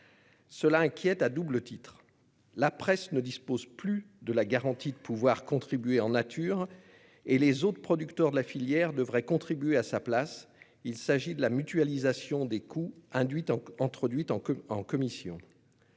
Cela inquiète à double titre : la presse ne dispose plus de la garantie de pouvoir contribuer en nature et les autres producteurs de la filière devraient contribuer à sa place. Il s'agit de la mutualisation des coûts introduite en commission.